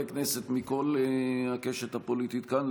חברי כנסת מכל הקשת הפוליטית כאן.